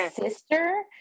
sister